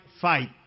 fight